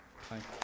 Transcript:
Thank